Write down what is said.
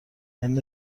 عین